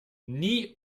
nie